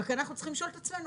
רק אנחנו צריכים לשאול את עצמנו,